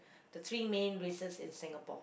the three main races in Singapore